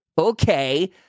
Okay